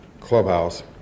clubhouse